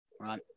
Right